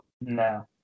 No